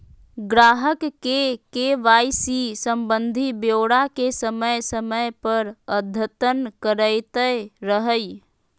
ग्राहक के के.वाई.सी संबंधी ब्योरा के समय समय पर अद्यतन करैयत रहइ